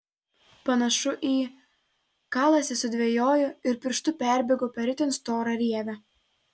panašu į kalasi sudvejojo ir pirštu perbėgo per itin storą rievę